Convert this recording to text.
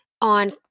on